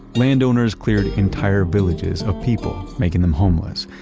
landowners cleared entire villages of people, making them homeless,